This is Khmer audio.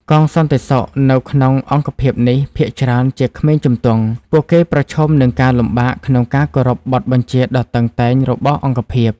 កងសន្តិសុខនៅក្នុងអង្គភាពនេះភាគច្រើនជា ក្មេងជំទង់ ពួកគេប្រឈមនឹងការលំបាកក្នុងការគោរពបទបញ្ជាដ៏តឹងតែងរបស់អង្គភាព។